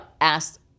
asked